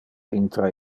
intra